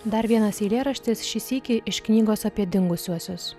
dar vienas eilėraštis šį sykį iš knygos apie dingusiuosius